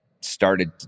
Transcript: started